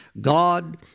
God